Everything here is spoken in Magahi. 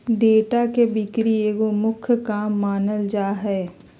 डेटा के बिक्री एगो मुख्य काम मानल जा हइ